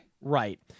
Right